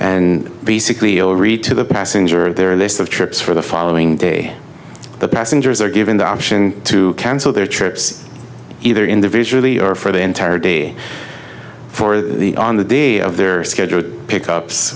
and basically all read to the passenger their list of trips for the following day the passengers are given the option to cancel their trips either individually or for the entire day for the on the day of their scheduled pick ups